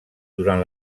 durant